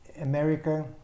America